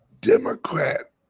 Democrat